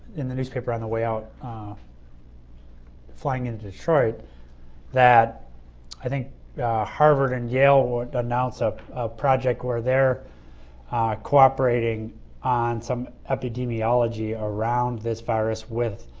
in the newspaper on the way out flying in to detroit that i think harvard and yale were to announce a project where they're cooperating on some epidemiology around this virus with